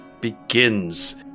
begins